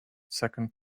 second